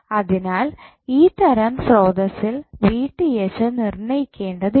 അതിനാൽ ഈ തരം സ്രോതസ്സിൽ നിർണയിക്കേണ്ടത് ഇല്ല